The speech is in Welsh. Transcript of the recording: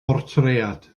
bortread